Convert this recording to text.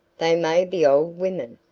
they may be old women,